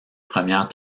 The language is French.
premières